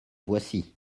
voici